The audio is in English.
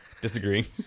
Disagree